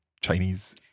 Chinese